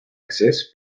accés